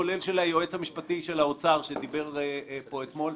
כולל של היועץ המשפטי של האוצר שדיבר פה אתמול,